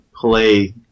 play